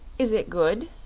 is it good?